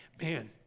man